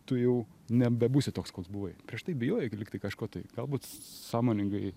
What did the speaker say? tu jau nebebūsi toks koks buvai prieš tai bijojai lygtai kažko tai galbūt sąmoningai